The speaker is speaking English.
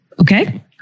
okay